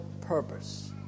purpose